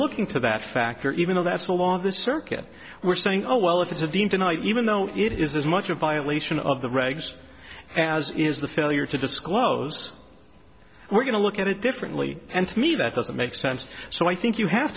looking to that factor even though that's the law of this circuit we're saying oh well if it's a dean tonight even though it is as much a violation of the regs as it is the failure to disclose we're going to look at it differently and to me that doesn't make sense so i think you have